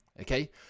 okay